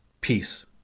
Peace